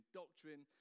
doctrine